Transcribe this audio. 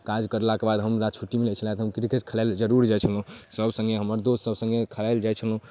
काज करलाके बाद हमरा छुट्टी मिलै छलै किरकेट खेलाइलए हम जरूर जाइ छलहुँ सब सङ्गे हमर दोस्तसभ सङ्गे खेलाइलए जाइ छलहुँ